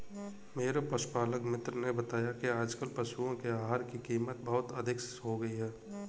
मेरे पशुपालक मित्र ने बताया कि आजकल पशुओं के आहार की कीमत बहुत अधिक हो गई है